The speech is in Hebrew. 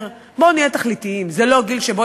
בואו נהיה תכליתיים: זה לא גיל שבו